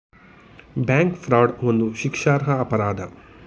bank fraud ಒಂದು ಶಿಕ್ಷಾರ್ಹ ಅಪರಾಧ